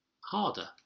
harder